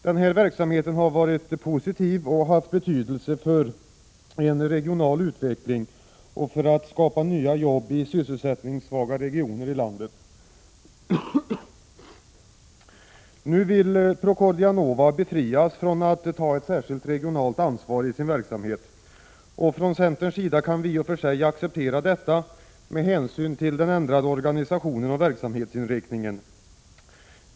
Denna verksamhet har varit positiv och haft betydelse för en regional utveckling och för att skapa nya jobb i sysselsättningssvaga regioner i landet. Nu vill Procordia Nova befrias från att i sin verksamhet ta ett särskilt regionalt ansvar. Från centerns sida kan vi i och för sig acceptera detta med hänsyn till den ändrade organisationen och verksamhetsinriktningen.